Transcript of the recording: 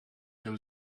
there